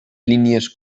línies